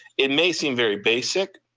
it may seem very basic,